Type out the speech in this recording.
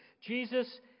Jesus